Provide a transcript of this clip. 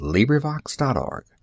LibriVox.org